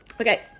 okay